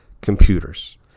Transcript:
computers